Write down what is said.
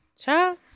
ciao